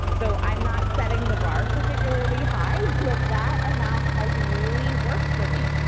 so i'm not setting the bar particularly high, but that amount has really worked for me.